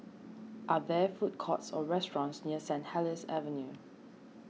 are there food courts or restaurants near St Helier's Avenue